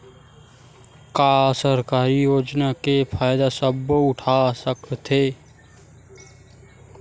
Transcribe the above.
का सरकारी योजना के फ़ायदा सबो उठा सकथे?